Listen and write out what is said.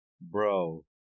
bro